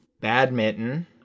Badminton